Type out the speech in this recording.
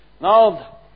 Now